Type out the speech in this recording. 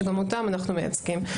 שגם אותם אנחנו מייצגים,